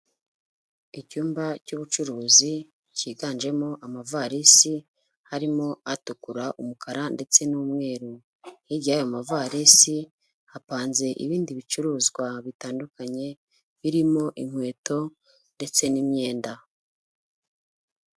Icyumba cy'ubucuruzi kiganjemo amavarisi, harimo atukura, umukara ndetse n'umweru, hirya y'ayo mavarisi hapanze ibindi bicuruzwa bitandukanye birimo inkweto ndetse n'imyenda.